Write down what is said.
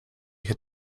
had